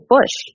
Bush